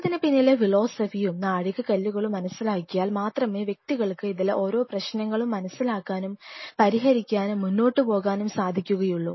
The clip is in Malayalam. ഇതിനു പിന്നിലെ ഫിലോസഫിയും നാഴികക്കല്ലുകളും മനസ്സിലാക്കിയാൽ മാത്രമേ വ്യക്തികൾക്ക് ഇതിലെ ഓരോ പ്രശ്നങ്ങളും മനസ്സിലാക്കാനും പരിഹരിക്കാനും മുന്നോട്ടുപോകാനും സാധിക്കുകയുള്ളൂ